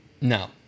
No